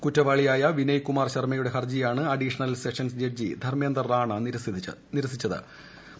കുറ്റവാളിയായ വിനയ്കുമാർ ശർമ്മയുടെ ഹർജിയാണ് additional session judge Dharmender Rana നിരസിച്ചത്